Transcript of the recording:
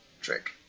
trick